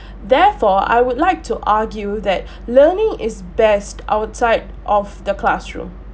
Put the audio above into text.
therefore I would like to argue that learning is best outside of the classroom